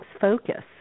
focus